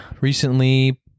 recently